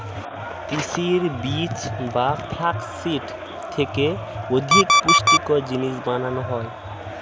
তিসির বীজ বা ফ্লাক্স সিড থেকে অধিক পুষ্টিকর জিনিস বানানো হয়